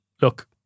look